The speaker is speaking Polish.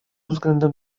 względem